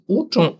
uczą